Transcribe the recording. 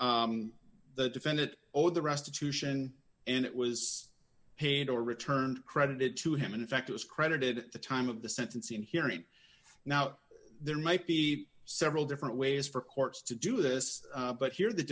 planned the defendant or the restitution and it was paid or returned credited to him in fact was credited the time of the sentencing hearing now there might be several different ways for courts to do this but here the